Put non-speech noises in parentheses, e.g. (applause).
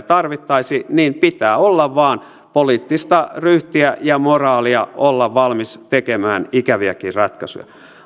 (unintelligible) tarvittaisi niin pitää olla vain poliittista ryhtiä ja moraalia olla valmis tekemään ikäviäkin ratkaisuja